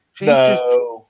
No